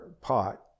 pot